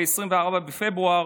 ב-24 בפברואר,